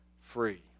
free